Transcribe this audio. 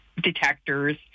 detectors